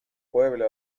pueblo